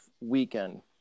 weekend